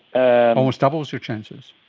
and almost doubles your chances.